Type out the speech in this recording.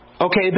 Okay